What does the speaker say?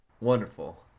Wonderful